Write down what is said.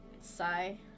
sigh